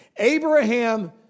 Abraham